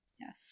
Yes